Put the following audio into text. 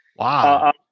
Wow